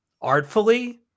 artfully